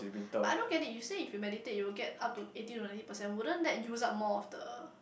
but I don't get it you say if you meditate you will get up to eighty only percent won't that use up more of the